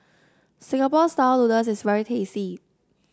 Singapore style noodles is very tasty